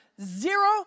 Zero